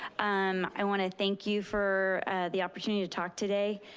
um i want to thank you for the opportunity to talk today.